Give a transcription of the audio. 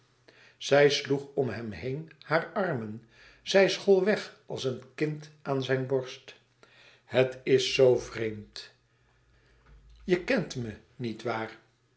zij sloeg om hem heen haar armen zij school weg als een kind aan zijn borst het is zoo vreemd je kent me niet waar